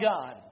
God